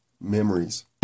Memories